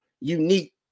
unique